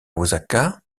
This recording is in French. osaka